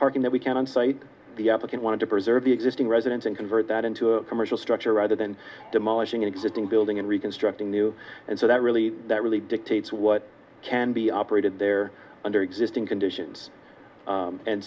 parking that we can on site the applicant wanted to preserve the existing residence and convert that into a commercial structure rather than demolishing existing building and reconstructing new and so that really that really dictates what can be operated there under existing conditions